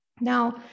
Now